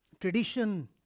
tradition